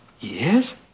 Yes